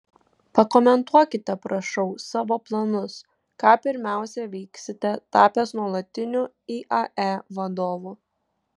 pakomentuokite prašau savo planus ką pirmiausia veiksite tapęs nuolatiniu iae vadovu